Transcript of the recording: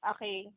Okay